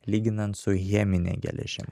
lyginant su chemine geležim